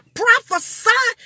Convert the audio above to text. prophesy